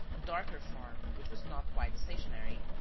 a darker form which was not quite stationary.